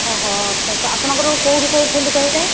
ଓହୋ ଆପଣଙ୍କର କେଉଁଠୁ କହୁଛନ୍ତି କହିଲେ